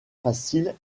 facile